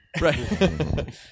Right